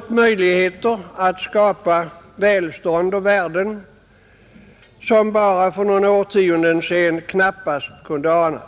fått möjligheter att skapa välstånd och värden som bara för några årtionden sedan knappast kunde anas.